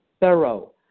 thorough